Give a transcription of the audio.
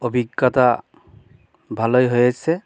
অভিজ্ঞতা ভালোই হয়েছে